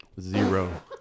Zero